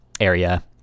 area